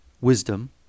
wisdom